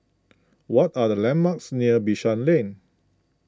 what are the landmarks near Bishan Lane